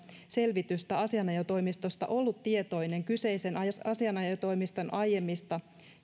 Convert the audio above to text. selvitystä asianajotoimistosta ollut tietoinen kyseisen asianajotoimiston aiemmista